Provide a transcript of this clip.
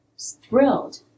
thrilled